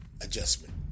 adjustment